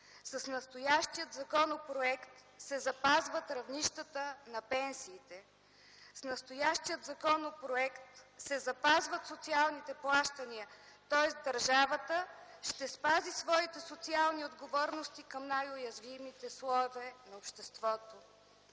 С настоящия законопроект се запазва равнището на пенсиите. С настоящия законопроект се запазват социалните плащания, тоест държавата ще спази своите социални отговорности към най-уязвимите слоеве от обществото.